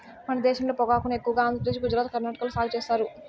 మన దేశంలో పొగాకును ఎక్కువగా ఆంధ్రప్రదేశ్, గుజరాత్, కర్ణాటక లో సాగు చేత్తారు